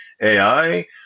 ai